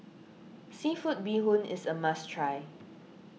Seafood Bee Hoon is a must try